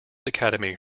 academy